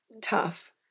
tough